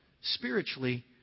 spiritually